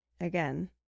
again